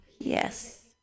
Yes